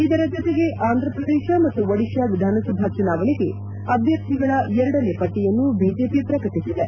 ಇದರ ಜತೆಗೆ ಆಂಧಪ್ರದೇಶ ಮತ್ತು ಒಡಿತಾ ವಿಧಾನಸಭಾ ಚುನಾವಣೆಗೆ ಅಭ್ವರ್ಥಿಗಳ ಎರಡನೇ ಪಟ್ಟಿಯನ್ನು ಬಿಜೆಪಿ ಪ್ರಕಟಿಸಿದೆ